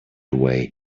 away